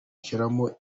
shyiramo